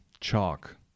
chalk